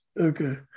okay